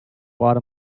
bought